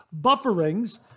bufferings